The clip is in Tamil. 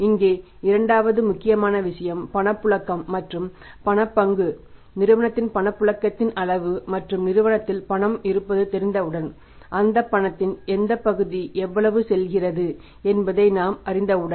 இங்கே இரண்டாவது முக்கியமான விஷயம் பணப்புழக்கம் மற்றும் பணப் பங்கு நிறுவனத்தில் பணப்புழக்கத்தின் அளவு மற்றும் நிறுவனத்தில் பணம் இருப்பது தெரிந்தவுடன் அந்த பணத்தின் எந்தப் பகுதி எவ்வளவு செல்கிறது என்பதை நாம் அறிந்தவுடன்